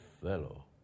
fellow